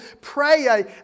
pray